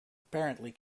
apparently